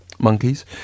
monkeys